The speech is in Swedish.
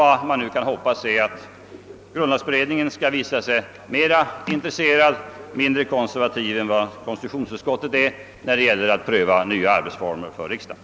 Vad man nu kan hoppas är att grundlagberedningen skall visa sig mera intresserad och mindre konservativ än konstitutionsutskottet när det gäller att pröva nya arbetsformer för riksdagen.